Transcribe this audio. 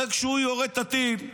הרי כשהוא יורה את הטיל,